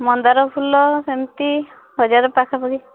ମନ୍ଦାର ଫୁଲ ସେମତି ହଜାରେ ପାଖା ପାଖି